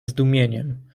zdumieniem